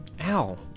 Ow